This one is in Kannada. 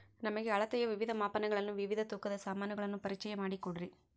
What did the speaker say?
ನಮಗೆ ಅಳತೆಯ ವಿವಿಧ ಮಾಪನಗಳನ್ನು ವಿವಿಧ ತೂಕದ ಸಾಮಾನುಗಳನ್ನು ಪರಿಚಯ ಮಾಡಿಕೊಡ್ರಿ?